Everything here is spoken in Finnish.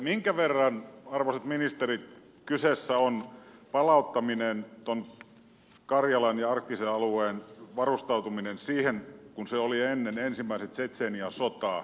minkä verran arvoisat ministerit kyseessä on palauttaminen karjalan ja arktisen alueen varustautuminen siihen kuin se oli ennen ensimmäistä tsetsenia sotaa